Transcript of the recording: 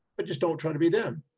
but just don't try to be them.